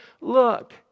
look